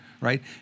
right